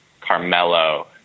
Carmelo